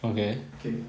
okay